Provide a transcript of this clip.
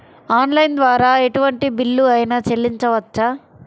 Online ద్వారా ఎటువంటి bill అయినా చెల్లించవచ్చా?